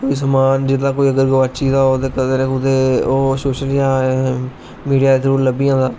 कोई समान जेहदा अगर कोई गवाची गेदा होऐ अगर कंदे ना कुदे ओह् शोशल मिडिया दे थ्रु लभी जंदा